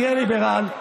תהיה ליברל,